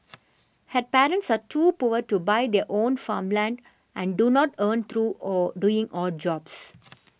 her parents are too poor to buy their own farmland and do not earn through or doing odd jobs